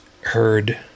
heard